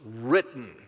written